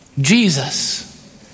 Jesus